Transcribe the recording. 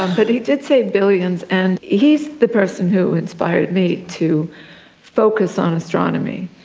um but he did say billions, and he's the person who inspired me to focus on astronomy.